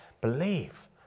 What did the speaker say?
believe